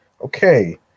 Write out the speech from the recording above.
Okay